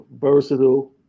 versatile